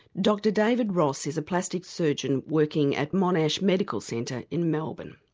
dr david ross is a plastic surgeon working at monash medical centre in melbourne.